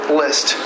list